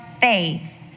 faith